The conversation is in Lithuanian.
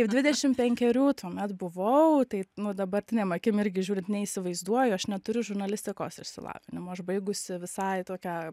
dvidešim penkerių tuomet buvau tai nu dabartinėm akim irgi žiūrint neįsivaizduoju aš neturiu žurnalistikos išsilavinimo aš baigusi visai tokią